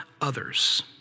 others